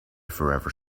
forever